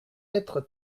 être